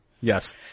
Yes